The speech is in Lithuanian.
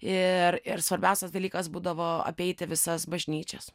ir ir svarbiausias dalykas būdavo apeiti visas bažnyčias